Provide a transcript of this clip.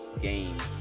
games